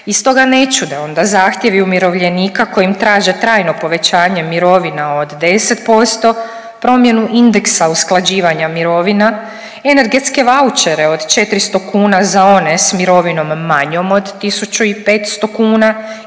i stoga ne čude onda zahtjevi umirovljenika kojim traže trajno povećanje mirovina od 10%, promjenu indeksa usklađivanja mirovina, energetske vaučere od 400 kuna za one s mirovinom manjom od 1.500 kuna